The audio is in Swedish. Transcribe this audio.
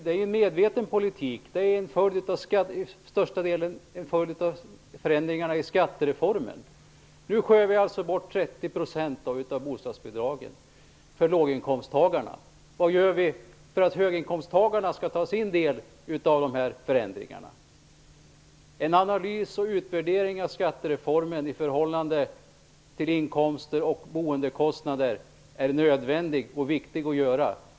Det är en medveten politik och till största delen en följd av förändringarna i skattereformen. Nu skär vi alltså bort 30 % av bostadsbidragen för långinkomsttagarna. Vad gör vi för att höginkomsttagarna skall ta sin del av ansvaret när det gäller dessa förändringar? En analys och utvärdering av skattereformen i förhållande till inkomster och boendekostnader är nödvändigt och viktigt att göra.